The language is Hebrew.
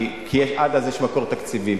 כי עד אז יש מקור תקציבי,